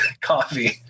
coffee